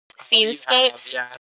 scenescapes